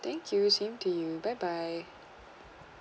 thank you same to you bye bye